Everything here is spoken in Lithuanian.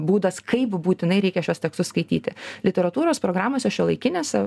būdas kaip būtinai reikia šiuos tekstus skaityti literatūros programose šiuolaikinėse